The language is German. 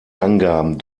angaben